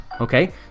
Okay